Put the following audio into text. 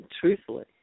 Truthfully